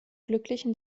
glücklichen